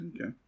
okay